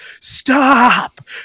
Stop